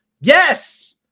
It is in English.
yes